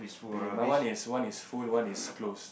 okay my one is one is full one is close